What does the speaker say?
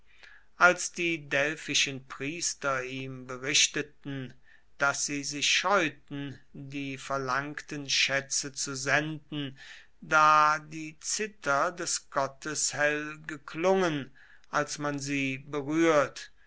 als die delphischen priester ihm berichteten daß sie sich scheuten die verlangten schätze zu senden da die zither des gottes hell geklungen als man sie berührt